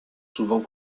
souvent